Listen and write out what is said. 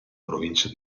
provincia